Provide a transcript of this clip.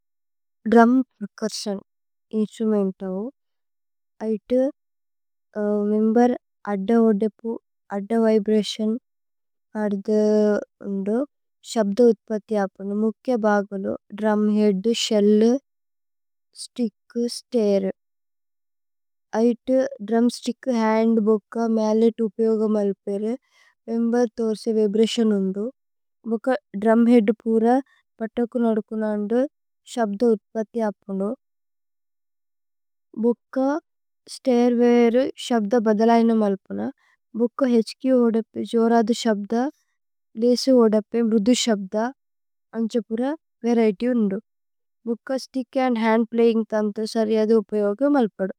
Drum percussion ഇന്സ്ത്രുമേന്തവു ഐതു member അദ്ദ। ഓദ്ദേപു അദ്ദ വിബ്രതിഓന് പധു ഉന്ദു ശബ്ദ ഉത്പഥി। അപനു മുക്കേ ബാഗലു ദ്രുമ് ഹേഅദ്, ശേല്ല്, സ്തിച്ക്। സ്തൈര്, ഐതു ദ്രുമ് സ്തിച്ക്, ഹന്ദ്, ബോക്ക, മല്ലേത് ഉപയോഗമ്। അലുപേരു മേമ്ബേര് ഥോരസേ വിബ്രതിഓന് ഉന്ദു മുക്ക ദ്രുമ്। ഹേഅദ് പുര പതകു നോദുകുനന്ദു ശബ്ദ ഉത്പഥി അപനു। മുക്ക സ്തൈര് വരു, ശബ്ദ ബദലയന മല്പുന മുക്ക। ഹ്ക് ഓദപ്പേ, ജോരദു ശബ്ദ, ലചേ ഓദപ്പേ, വ്രുദു ശബ്ദ। അന്ഛ പുര വരിഏത്യ് ഉന്ദു മുക്ക സ്തിച്ക് അന്ദ് ഹന്ദ്। പ്ലയിന്ഗ് തന്ത്ര സരിയദ ഉപയോഗമ് അലുപദു।